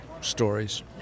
stories